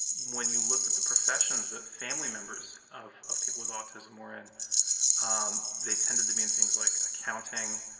when you looked at the professions that family members of of people with autism were in, um they tended to be in things like accounting,